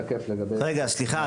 סליחה,